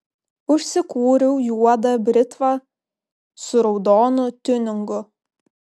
užsikūriau juodą britvą su raudonu tiuningu